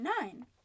nine